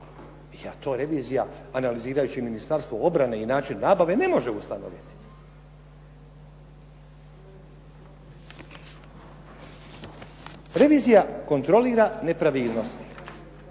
Je to revizija analizirajući Ministarstvo obarane i način nabave ne može ustanoviti. Revizija kontrolira nepravilnosti